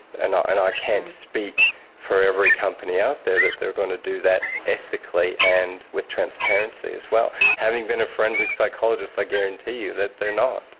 and and i can't speak for every company out there that they going to do that ethically and with transparency as well. having been a forensic psychologist i guarantee you that they're not.